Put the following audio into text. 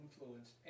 influenced